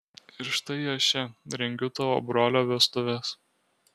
ir štai aš čia rengiu tavo brolio vestuves